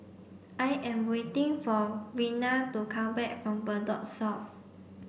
I am waiting for Vena to come back from Bedok South